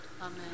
Amen